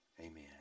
amen